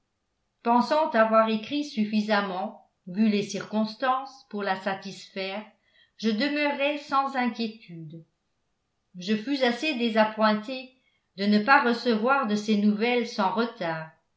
pensant avoir écrit suffisamment vu les circonstances pour la satisfaire je demeurai sans inquiétude je fus assez désappointé de ne pas recevoir de ses nouvelles sans retard